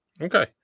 Okay